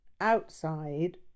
outside